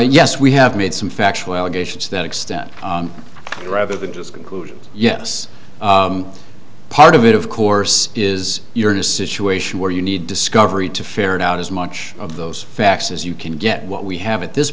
yes we have made some factual allegations that extent rather than just conclude yes part of it of course is you're in a situation where you need discovery to ferret out as much of those facts as you can get what we have at this